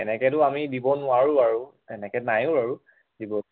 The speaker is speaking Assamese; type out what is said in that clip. এনেকৈতো আমি দিব নোৱাৰোঁ আৰু এনেকৈ নায়ো আৰু দিব